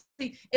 see